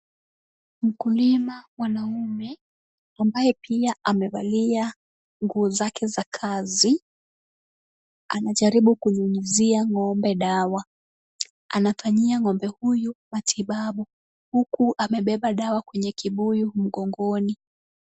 Mkulima mwanaume ambaye amevalia pia nguo zake za kazi, anajaribu kunyunyizia ng'ombe dawa. Anafanyia ng'ombe huyu matibabu huku amebeba dawa kwenye kibuyu mgongoni.